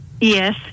Yes